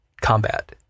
combat